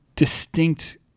distinct